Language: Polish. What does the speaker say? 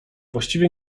właściwie